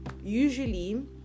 usually